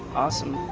awesome.